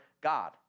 God